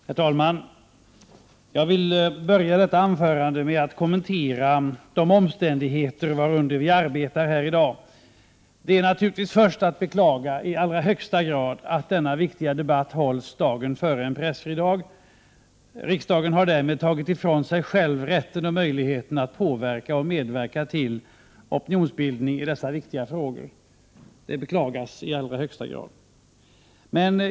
Herr talman! Jag vill börja detta anförande med att kommentera de omständigheter varunder vi arbetar här i dag. Det är naturligtvis först att beklaga, i allra högsta grad, att denna viktiga debatt hålls dagen före en pressfri dag. Riksdagen har därmed tagit ifrån sig själv rätten och möjligheten att påverka och medverka till opinionsbildning i dessa viktiga frågor. Det beklagas i allra högsta grad.